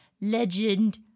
Legend